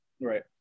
right